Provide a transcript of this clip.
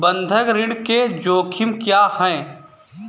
बंधक ऋण के जोखिम क्या हैं?